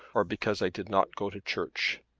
or because i did not go to church.